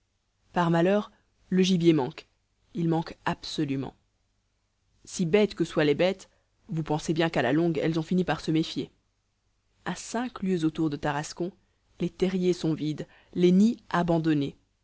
par malheur le gibier manque il manque absolument si bêtes que soient les bêtes vous pensez bien qu'à la longue elles ont fini par se méfier a cinq lieues autour de tarascon les terriers sont vides les nids abandonnés